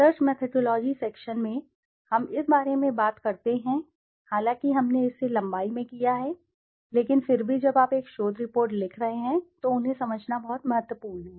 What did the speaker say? research methodology section में हम इस बारे में बात करते हैं हालांकि हमने इसे लंबाई में किया है लेकिन फिर भी जब आप एक शोध रिपोर्ट लिख रहे हैं तो उन्हें समझना बहुत महत्वपूर्ण है